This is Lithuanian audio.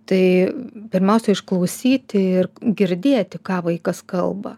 tai pirmiausia išklausyti ir girdėti ką vaikas kalba